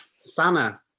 Sana